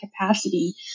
capacity